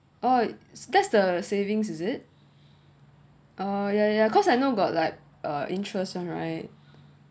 oh that's the savings is it oh ya ya cause I know got like uh interest [one] right